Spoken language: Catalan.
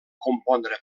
compondre